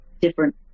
different